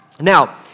Now